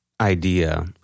idea